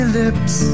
lips